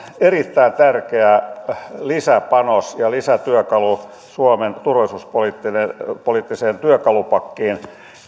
erittäin tärkeä lisäpanos ja lisätyökalu suomen turvallisuuspoliittiseen työkalupakkiin